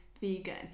vegan